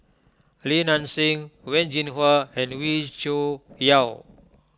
Li Nanxing Wen Jinhua and Wee Cho Yaw